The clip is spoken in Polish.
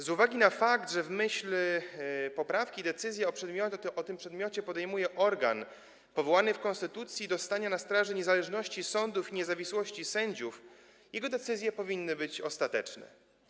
Z uwagi na fakt, że w myśl poprawki decyzję w tym przedmiocie podejmuje organ powołany w konstytucji do stania na straży niezależności sądów i niezawisłości sędziów, jego decyzje powinny być ostateczne.